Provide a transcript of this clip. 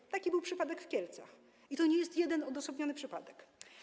Był taki przypadek w Kielcach i to nie jest jeden, odosobniony przypadek.